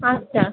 আচ্ছা